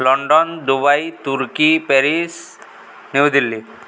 London Dubai turkey Paris New Delhi